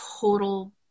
total